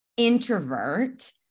introvert